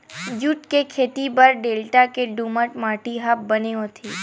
jute के खेती बर डेल्टा के दुमट माटी ह बने होथे